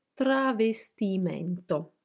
travestimento